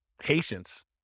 Patience